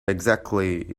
exactly